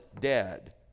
dead